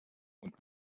und